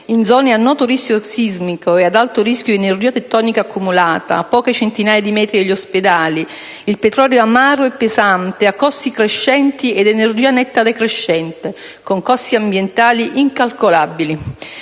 in zone a noto rischio sismico e ad alto rischio di energia tettonica accumulata oppure a poche centinaia di metri dagli ospedali, il petrolio amaro e pesante ha costi crescenti ed energia netta decrescente con costi ambientali incalcolabili.